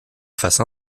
face